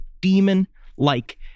demon-like